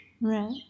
right